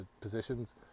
positions